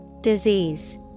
Disease